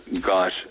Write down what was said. got